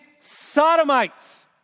Sodomites